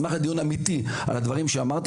ואשמח לנהל דיון אמיתי על הדברים שאמרתי